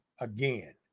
again